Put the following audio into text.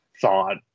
thought